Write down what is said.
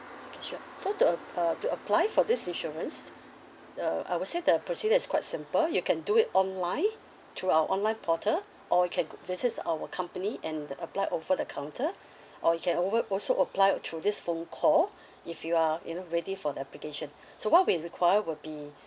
okay sure so to app~ uh to apply for this insurance uh I would say the procedure is quite simple you can do it online through our online portal or you can visits our company and apply over the counter or you can over also apply through this phone call if you are you know ready for the application so what we require will be